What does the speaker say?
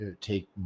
take